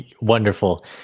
Wonderful